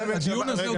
הדיון הזה הוא